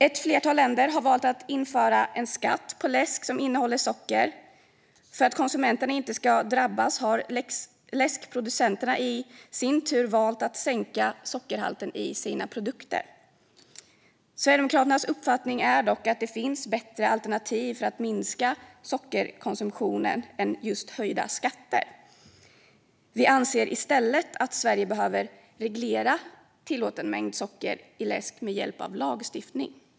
Ett flertal länder har valt att införa en skatt på läsk som innehåller socker. För att konsumenterna inte ska drabbas har läskproducenterna i sin tur valt att sänka sockerhalten i sina produkter. Sverigedemokraternas uppfattning är dock att det finns bättre alternativ för att minska sockerkonsumtionen än höjda skatter. Vi anser i stället att Sverige behöver reglera tillåten mängd socker i läsk med hjälp av lagstiftning.